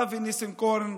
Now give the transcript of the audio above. אבי ניסנקורן,